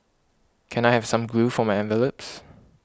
can I have some glue for my envelopes